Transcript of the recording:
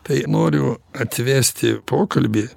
tai noriu atvesti pokalbį